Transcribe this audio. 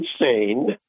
insane